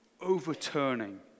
overturning